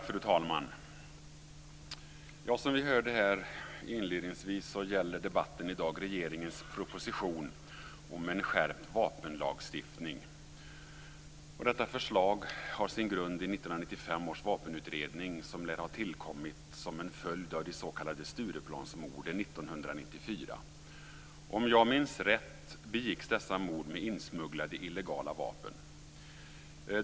Fru talman! Som vi hörde inledningsvis gäller debatten i dag regeringens proposition om en skärpt vapenlagstiftning. Detta förslag har sin grund i 1995 års vapenutredning, som lär har tillkommit som en följd av de s.k. Stureplansmorden 1994. Om jag minns rätt begicks dessa mord med insmugglade illegala vapen.